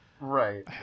Right